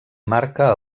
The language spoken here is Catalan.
marca